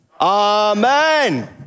Amen